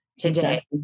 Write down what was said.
Today